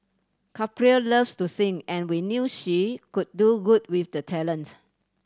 Capri loves to sing and we knew she could do good with the talent